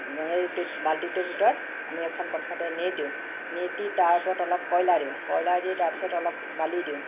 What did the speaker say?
হেৰিটোত বাল্টিটোৰ ভিতৰত আমি এখন প্ৰথমতে নেট দিওঁ নেট দি তাৰ ওপৰত অলপ কয়লা দিওঁ কয়লা দি তাৰপাছত অলপ বালি দিওঁ